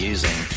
Using